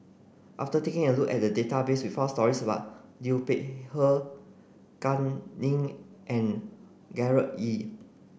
after taking a look at the database we found stories about Liu Peihe Kam Ning and Gerard Ee